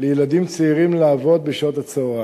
לילדים צעירים לעבוד בשעות הצהריים.